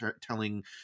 telling